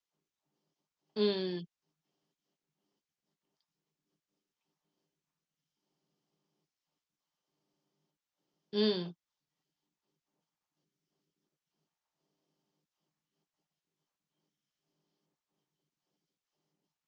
mm mm